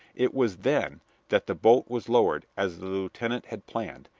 it was then that the boat was lowered as the lieutenant had planned,